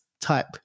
type